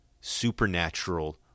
supernatural